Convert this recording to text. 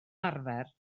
arfer